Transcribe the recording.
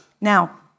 Now